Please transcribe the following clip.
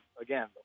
again